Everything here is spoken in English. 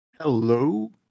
Hello